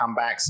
comebacks